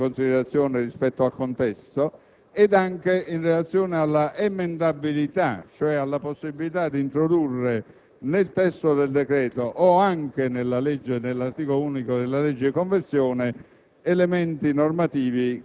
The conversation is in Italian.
della norma presa in considerazione rispetto al contesto. E si richiede maggiore attenzione anche in relazione alla emendabilità, cioè alla possibilità di introdurre nel testo del decreto o anche nell'articolo unico della legge di conversione